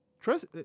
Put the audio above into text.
Trust